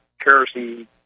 kerosene